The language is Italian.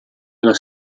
della